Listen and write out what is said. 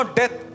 death